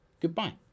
goodbye